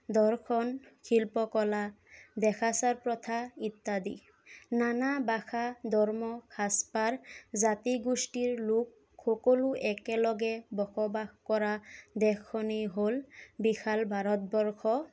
দৰ্শন শিল্প কলা দেখাচাৰ প্ৰথা ইত্যাদি নানা ভাষা ধৰ্ম সাজ পাৰ জাতি গোষ্ঠীৰ লোক সকলো একেলগে বসবাস কৰা দেশখনেই হ'ল বিশাল ভাৰতবৰ্ষ